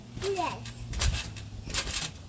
Yes